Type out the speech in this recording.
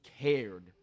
cared